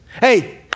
Hey